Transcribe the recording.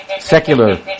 secular